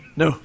no